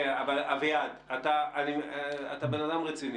אביעד, אתה אדם רציני,